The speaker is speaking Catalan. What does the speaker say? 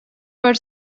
per